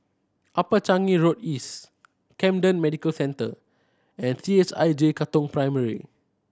Upper Changi Road East Camden Medical Centre and C H I J Katong Primary